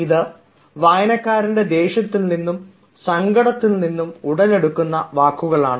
ഇത് വായനക്കാരൻറെ ദേഷ്യത്തിൽ നിന്നും സങ്കടത്തിൽ നിന്നും ഉടലെടുക്കുന്ന വാക്കുകളാണ്